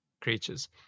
creatures